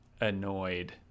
annoyed